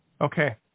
Okay